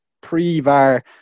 Pre-Var